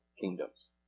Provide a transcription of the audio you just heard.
kingdoms